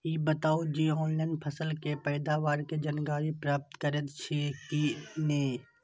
ई बताउ जे ऑनलाइन फसल के पैदावार के जानकारी प्राप्त करेत छिए की नेय?